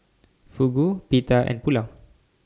Fugu Pita and Pulao